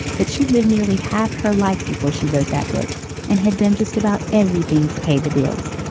but she lived nearly half her life before she wrote that book and had done just about everything to pay the bills.